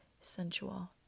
sensual